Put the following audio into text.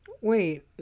Wait